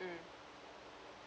mm